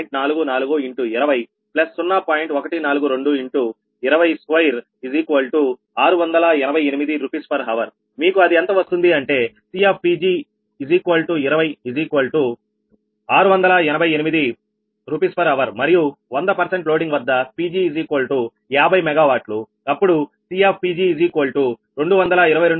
142×202688 Rshrమీకు అది ఎంత వస్తుంది అంటే CPg20688 Rshrమరియు 100 లోడింగ్ వద్ద Pg50 MWఅప్పుడు CPg222